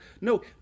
No